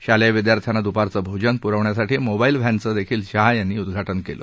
शालेय विद्यार्थ्यांना दुपारचं भोजन पुरवण्यासाठी मोबाईल व्हॅनचं देखील शाह याची उदघाटन केलं